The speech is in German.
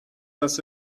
dass